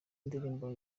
indirimbo